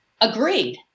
agreed